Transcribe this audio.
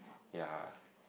ya